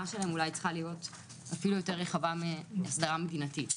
שלהן צריכה להיות אפילו יותר רחבה מהסדרה מדינתית.